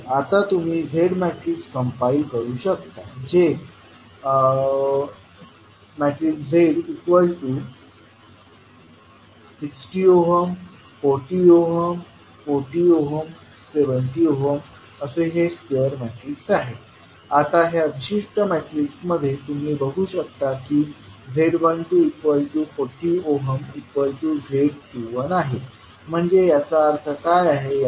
तर आता तुम्ही Z मॅट्रिक्स कंपाईल करू शकता जे z60 40 40 70 आता ह्या विशिष्ट मॅट्रिक्स मध्ये तुम्ही बघू शकता की z12 40z21आहे म्हणजे याचा अर्थ काय आहे